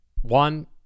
one